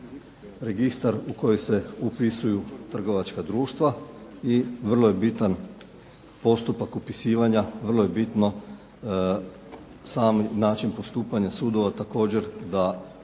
registar u koji se upisuju trgovačka društva i vrlo je bitan postupak upisivanja, vrlo je bitno sam način postupanja sudova. Također da